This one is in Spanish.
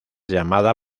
llamada